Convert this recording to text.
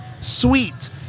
sweet